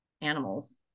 animals